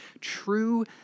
true